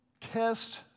test